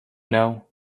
know